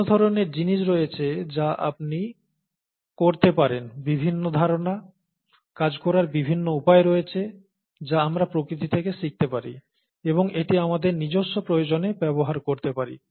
বিভিন্ন ধরণের জিনিস রয়েছে যা আপনি করতে পারেন বিভিন্ন ধারণা কাজ করার বিভিন্ন উপায় রয়েছে যা আমরা প্রকৃতি থেকে শিখতে পারি এবং এটি আমাদের নিজস্ব প্রয়োজনে ব্যবহার করতে পারি